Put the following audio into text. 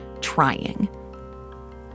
trying